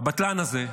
הבטלן הזה,